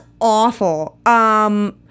awful